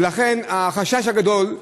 לכן, החשש הגדול,